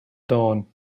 dawn